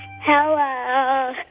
Hello